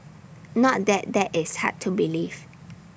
not that that is hard to believe